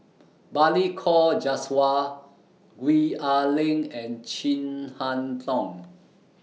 Balli Kaur Jaswal Gwee Ah Leng and Chin Harn Tong